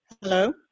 Hello